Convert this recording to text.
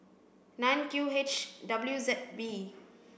nine Q H W Z V